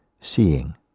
Seeing